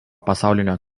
pasaulinio